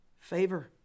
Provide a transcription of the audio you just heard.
favor